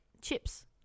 chips